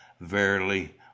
Verily